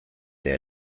der